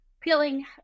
peeling